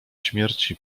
śmierci